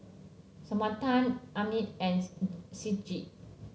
Samantha Abner and Ciji